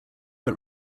but